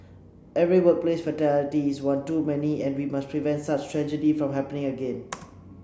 every workplace fatality is one too many and we must prevent such tragedy from happening again